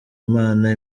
imana